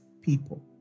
people